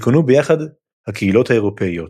שכונו ביחד הקהילות האירופיות.